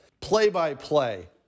play-by-play